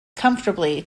comfortably